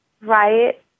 right